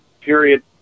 period